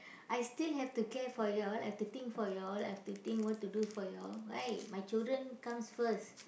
I still have to care for you all I've to think for you all I've to think what to do for you all right my children comes first